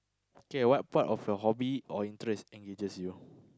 K what part of your hobby or interest engages you